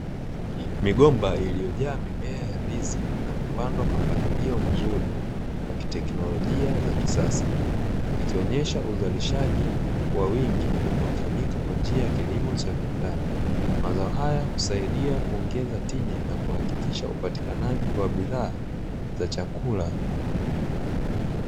Migomba iliyojaa mimea ya ndizi na kupandwa kwa mpangilio mzuri wa teknolojia za kisasa, ikionyesha uzalishaji wa wingi unaofanyika kwa njia ya kilimo cha viwandani mazao haya husaidia kuongeza tija na kuhakikisha upatikanaji wa bidhaa za chakula.